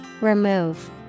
Remove